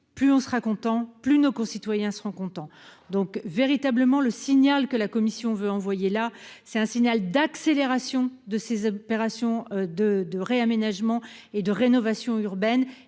plus on sera content, plus nos concitoyens seront contents, donc véritablement le signal que la Commission veut envoyer là, c'est un signal d'accélération de ces opérations de de réaménagement et de rénovation urbaine,